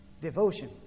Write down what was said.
Devotion